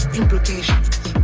implications